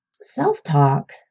Self-talk